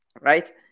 right